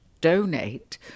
donate